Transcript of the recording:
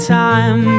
time